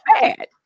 bad